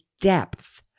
depth